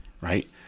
right